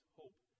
hope